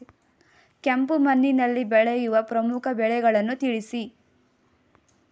ಕೆಂಪು ಮಣ್ಣಿನಲ್ಲಿ ಬೆಳೆಯುವ ಪ್ರಮುಖ ಬೆಳೆಗಳನ್ನು ತಿಳಿಸಿ?